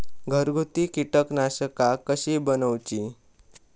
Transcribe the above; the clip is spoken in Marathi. घरगुती कीटकनाशका कशी बनवूची?